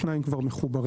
שניים כבר מחוברים.